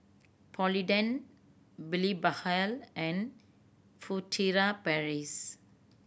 Polident Blephagel and Furtere Paris